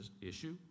issue